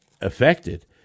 affected